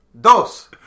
dos